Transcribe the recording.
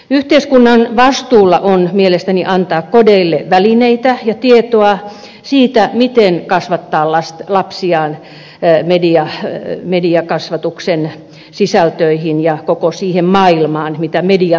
yhteiskunnan vastuulla on mielestäni antaa kodeille välineitä ja tietoa siitä miten kasvattaa lapsiaan mediakasvatuksen sisältöihin ja koko siihen maailmaan mitä media tuottaa